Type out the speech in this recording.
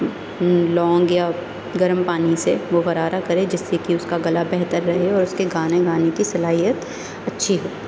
لونگ یا گرم پانی سے وہ غرارہ کرے جس سے کہ اس کا گلا بہتر رہے اور اس کے گانے گانے کی صلاحیت اچھی ہو